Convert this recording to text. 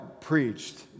preached